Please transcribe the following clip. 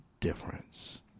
difference